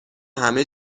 همه